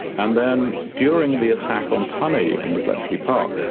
and then during the attack on tunny in bletchley park,